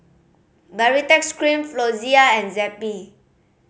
Baritex Cream Floxia and Zappy